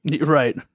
Right